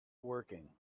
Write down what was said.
working